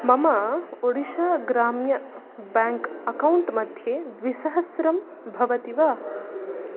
मम ओडिशा ग्राम्य ब्याङ्क् अकौण्ट्मध्ये द्विसहस्रं भवति वा